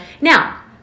Now